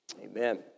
Amen